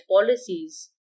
policies